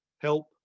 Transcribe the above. help